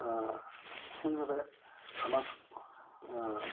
সেইবাবে আমাক